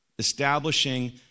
establishing